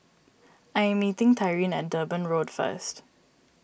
I am meeting Tyrin at Durban Road first